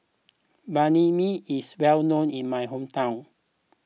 Banh Mi is well known in my hometown